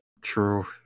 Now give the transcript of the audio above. True